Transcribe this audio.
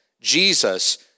Jesus